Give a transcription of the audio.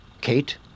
Kate